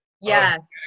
yes